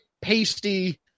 pasty